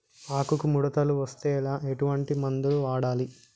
ఆకులు ముడతలు వస్తే ఎటువంటి మందులు వాడాలి?